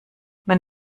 man